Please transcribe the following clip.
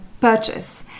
purchase